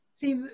See